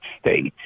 States